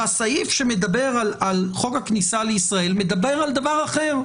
והסעיף שמדבר על חוק הכניסה לישראל מדבר על דבר אחר.